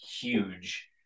huge